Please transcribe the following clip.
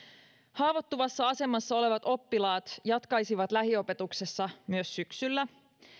haavoittuvassa asemassa olevat oppilaat jatkaisivat lähiopetuksessa myös syksyllä